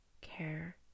care